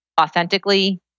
authentically